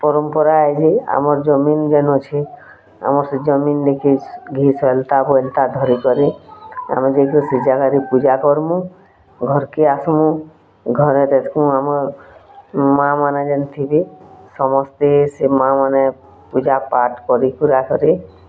ପରମ୍ପରା ଅଛେ ଆମର୍ ଜମିନ୍ ଯେନ୍ ଅଛେ ଆମର୍ ସେ ଜମିନ୍ ଦେଖି ଘି ସଲ୍ତା ବଳ୍ତା ଧରିକରି ଆମେ ଯାଇକରି ସେ ଜାଗାରେ ପୂଜା କର୍ମୁ ଘର୍କେ ଆସ୍ମୁ ଘର୍ ତେତ୍କୁ ଆମର୍ ମା'ମାନେ ଯେନ୍ ଥିବେ ସମସ୍ତେ ସେମାନେ ପୂଜା ପାଠ୍ କରି କୁରା କରି